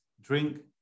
drink